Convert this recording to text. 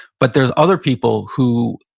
but there's other people who,